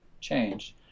change